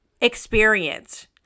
experience